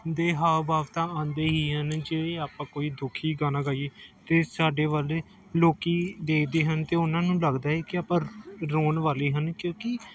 ਦੇ ਹਾਵ ਭਾਵ ਤਾਂ ਆਉਂਦੇ ਹੀ ਹਨ ਜਿਵੇਂ ਆਪਾਂ ਕੋਈ ਦੁਖੀ ਗਾਣਾ ਗਾਈਏ ਤਾਂ ਸਾਡੇ ਵੱਲ ਲੋਕ ਦੇਖਦੇ ਹਨ ਅਤੇ ਉਹਨਾਂ ਨੂੰ ਲੱਗਦਾ ਹੈ ਕਿ ਆਪਾਂ ਰੋਣ ਵਾਲੇ ਹਨ ਕਿਉਂਕਿ